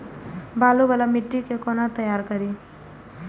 बालू वाला मिट्टी के कोना तैयार करी?